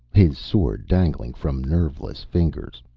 his sword dangling from nerveless fingers,